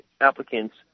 applicant's